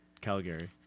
Calgary